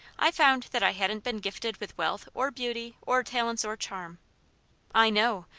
i found that i hadn't been gifted with wealth or beauty or talents or charm i know,